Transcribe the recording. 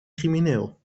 crimineel